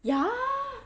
ya